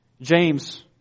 James